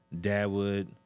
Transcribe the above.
Dadwood